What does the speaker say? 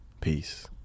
Peace